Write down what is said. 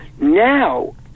now